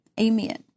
Amen